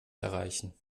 erreichen